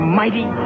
mighty